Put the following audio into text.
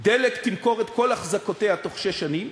"דלק" תמכור את כל אחזקותיה בתוך שש שנים,